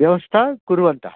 व्यवस्था कुर्वन्तः